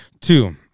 Two